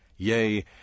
Yea